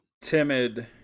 timid